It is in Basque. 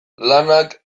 lanak